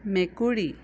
মেকুৰী